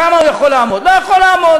כמה הוא יכול לעמוד, לא יכול לעמוד.